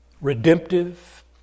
redemptive